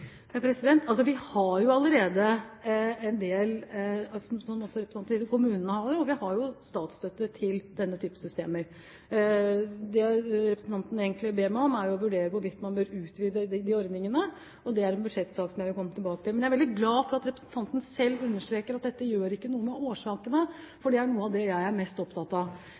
Vi har jo allerede, som også representanten sier, statsstøtte til denne typen ordninger i kommunene. Det representanten egentlig ber meg om, er å vurdere hvorvidt man bør utvide disse ordningene, og det er en budsjettsak som jeg vil komme tilbake til. Men jeg er veldig glad for at representanten selv understreker at dette ikke gjør noe med årsakene, for det er noe av det jeg er mest opptatt av.